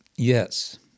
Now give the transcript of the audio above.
Yes